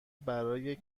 برای